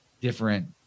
different